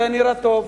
זה היה נראה טוב,